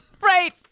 Right